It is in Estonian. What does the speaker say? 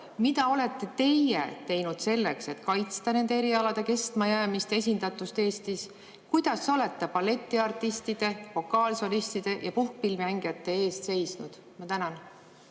Mida olete teie teinud selleks, et kaitsta nende erialade kestmajäämist ja esindatust Eestis? Kuidas te olete balletiartistide, vokaalsolistide ja puhkpillimängijate eest seisnud? Ma tänan,